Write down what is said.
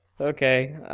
okay